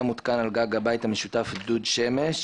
היה מותקן על גג הבית המשותף דוד שמש